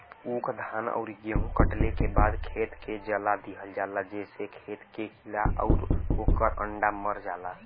ऊख, धान आउर गेंहू कटले के बाद खेत के जला दिहल जाला जेसे खेत के कीड़ा आउर ओकर अंडा मर जाला